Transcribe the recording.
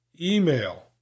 Email